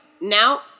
Now